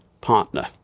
partner